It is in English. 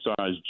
size